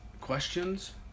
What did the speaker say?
questions